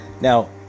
now